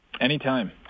Anytime